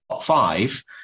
five